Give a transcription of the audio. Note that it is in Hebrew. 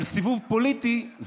אבל סיבוב פוליטי,